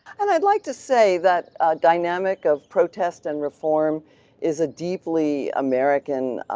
and i'd like to say that dynamic of protest and reform is a deeply american